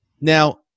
Now